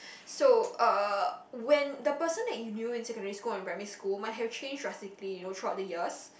so uh when the person that you knew in secondary school or in primary school might have changed drastically you know throughout the years